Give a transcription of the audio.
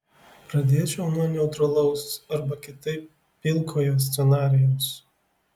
pradėčiau nuo neutralaus arba kitaip pilkojo scenarijaus